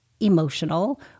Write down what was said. emotional